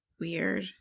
Weird